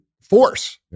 force